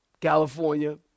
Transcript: California